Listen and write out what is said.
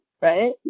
right